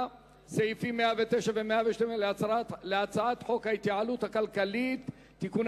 סעיפים 109 112 להצעת חוק ההתייעלות הכלכלית (תיקוני